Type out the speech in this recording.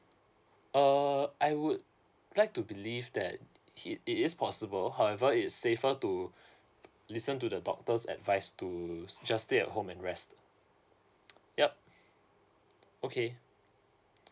uh I would like to believe that he it is possible however it's safer to listen to the doctor's advice to just stay at home and rest yup okay